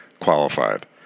qualified